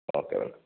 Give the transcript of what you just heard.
okay welcome